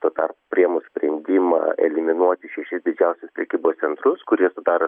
tuo tarp priėmus sprendimą eliminuoti šeši didžiausius prekybos centrus kurie sudaro